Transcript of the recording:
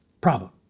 Problem